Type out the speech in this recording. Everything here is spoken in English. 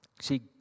See